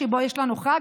שבו יש לנו חג,